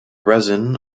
resin